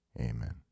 Amen